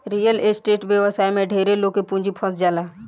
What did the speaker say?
real estate व्यवसाय में ढेरे लोग के पूंजी फंस जाला